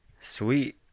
Sweet